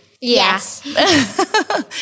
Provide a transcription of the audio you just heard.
Yes